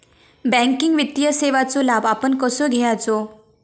Banking वित्तीय सेवाचो लाभ आपण कसो घेयाचो?